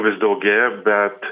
vis daugėja bet